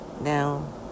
Now